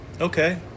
Okay